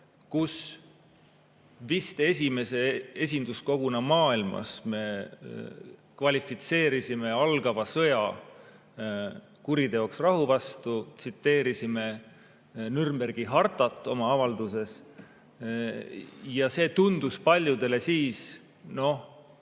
kus me vist esimese esinduskoguna maailmas kvalifitseerisime algava sõja kuriteoks rahu vastu. Me tsiteerisime Nürnbergi hartat oma avalduses. See tundus paljudele siis